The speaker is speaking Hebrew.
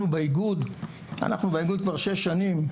אנחנו באיגוד כבר שש שנים,